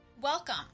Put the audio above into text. welcome